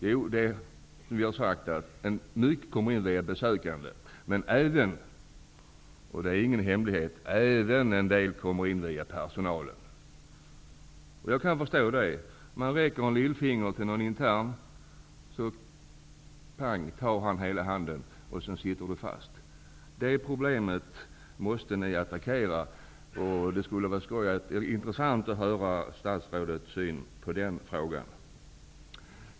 Jo, en del kommer via besökande men även en del -- det är ingen hemlighet -- via personalen. Jag kan förstå det. Man räcker ett lillfinger till en intern, och pang, så tar han hela handen. Så sitter den fast. Detta problem måste ni attackera. Det skulle vara intressant att få veta hur statsrådets ser på frågan.